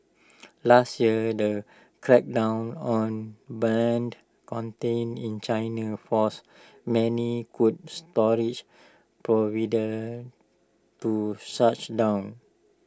last year the crackdown on banned content in China forced many could storage providers to shut down